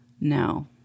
No